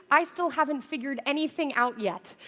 i still haven't figured anything out yet.